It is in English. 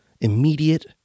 immediate